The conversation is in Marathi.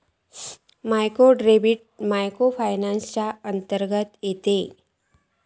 मायक्रो क्रेडिट मायक्रो फायनान्स च्या अंतर्गत येता